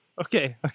Okay